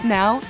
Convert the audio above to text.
now